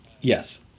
yes